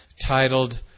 titled